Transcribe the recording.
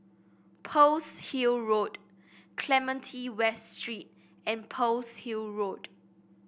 Pearl's Hill Road Clementi West Street and Pearl's Hill Road